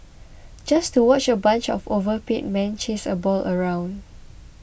just to watch a bunch of overpaid men chase a ball around